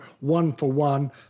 one-for-one